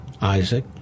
Isaac